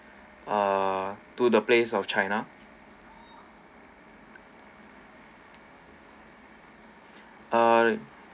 ah to the place of china uh